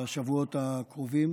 בשבועות הקרובים.